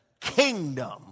kingdom